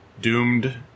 doomed